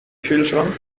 kühlschrank